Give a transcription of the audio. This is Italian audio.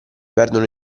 perdono